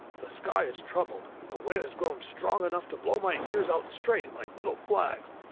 the sky is troubled and the wind has grown strong enough to blow my ears out straight, like little flags.